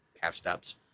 half-steps